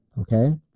Okay